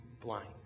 blind